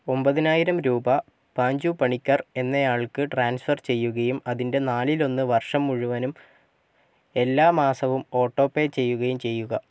ഒൻപതിനായിരം രൂപ പാഞ്ചു പണിക്കർ എന്നയാൾക്ക് ട്രാൻസ്ഫർ ചെയ്യുകയും അതിൻ്റെ നാലിലൊന്ന് വർഷം മുഴുവനും എല്ലാ മാസവും ഓട്ടോ പേ ചെയ്യുകയും ചെയ്യുക